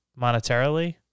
monetarily